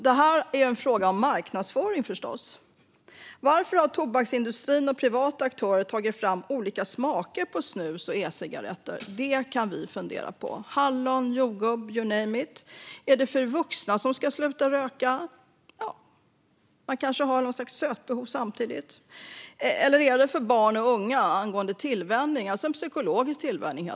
Det här är förstås en fråga om marknadsföring. Varför har tobaksindustrin och privata aktörer tagit fram olika smaker på snus och ecigaretter? Det kan vi fundera på. Hallon, jordgubb - you name it. Är det för vuxna som ska sluta röka? Ja, man kanske samtidigt har något slags sötbehov då. Eller är det för barn och unga, apropå tillvänjning? Det blir helt enkelt en psykologisk tillvänjning.